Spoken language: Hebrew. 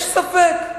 יש ספק,